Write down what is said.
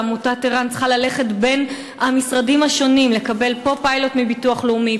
עמותת ער"ן צריכה ללכת בין המשרדים השונים לקבל פה פיילוט מביטוח לאומי,